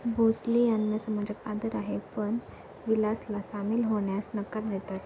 भोसले यांना समाजात आदर आहे पण विलासला सामील होण्यास नकार देतात